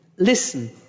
Listen